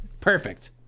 perfect